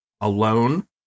alone